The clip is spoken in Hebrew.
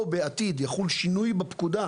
או שיחול שינוי בפקודה,